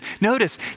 notice